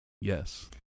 Yes